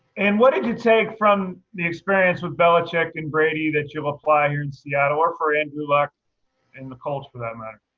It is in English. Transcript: and what did you take from the experience with belichick and brady that you've applied here in seattle or for andrew luck in the colts for that matter?